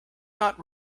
not